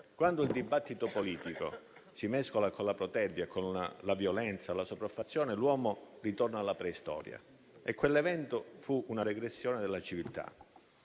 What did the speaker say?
Quando il dibattito politico si mescola con la protervia, la violenza e la sopraffazione, l'uomo ritorna alla preistoria e quell'evento fu una regressione della civiltà,